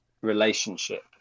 relationship